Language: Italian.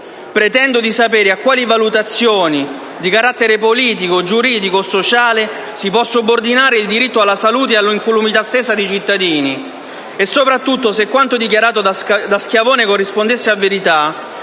Pretendo di sapere a quali valutazioni di carattere politico, giuridico o sociale si può subordinare il diritto alla salute e all'incolumità stessa dei cittadini. E soprattutto se quanto dichiarato da Schiavone corrispondesse a verità.